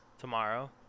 Tomorrow